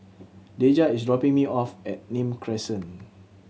Dejah is dropping me off at Nim Crescent